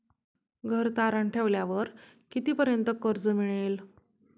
घर तारण ठेवल्यावर कितीपर्यंत कर्ज मिळेल?